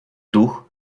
дух